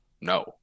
no